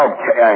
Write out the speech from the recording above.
Okay